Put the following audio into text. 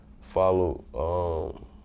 follow